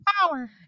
power